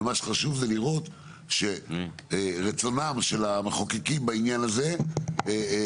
ומה שחשוב זה שרצונם של המחוקקים בעניין הזה יתממש,